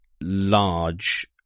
large